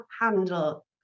handle